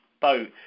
boat